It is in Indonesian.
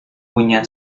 punya